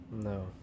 No